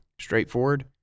Straightforward